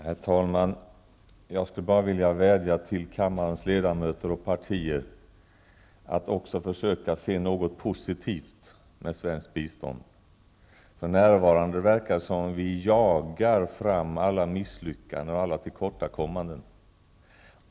Herr talman! Jag skulle vilja vädja till kammarens ledamöter och till partierna att också försöka se något positivt i det svenska biståndet. För närvarande verkar det som om vi jagar fram alla misslyckanden och varje till kortakommande.